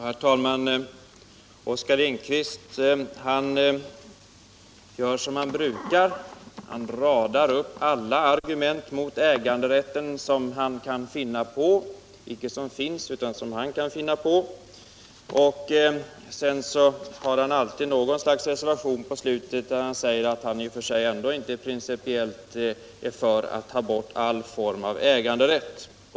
Herr talman! Oskar Lindkvist gör som han brukar: han radar upp alla argument mot äganderätten som han kan finna på — icke som finns utan som han kan finna på — och sedan har han alltid något slags reservation på slutet, där han säger att han i och för sig ändå inte principiellt är för att ta bort all form av äganderätt.